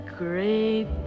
great